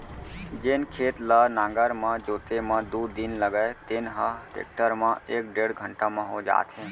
जेन खेत ल नांगर म जोते म दू दिन लागय तेन ह टेक्टर म एक डेढ़ घंटा म हो जात हे